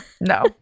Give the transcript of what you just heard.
No